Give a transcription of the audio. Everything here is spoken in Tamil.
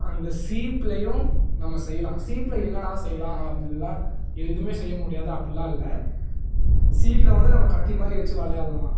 அந்த சீப்லேயும் நம்ம செய்யலாம் சீப்பில் என்னடா செய்யலாம் அப்படிலாம் எதுவுமே செய்ய முடியாது அப்படிலாம் இல்லை சீப்பில் வந்து நம்ம கத்தி மாதிரி வச்சு விளையாடலாம்